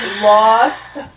lost